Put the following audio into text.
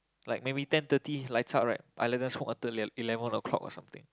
like maybe ten thirty lights out right I let them smoke until like eleven o-clock or something